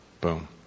boom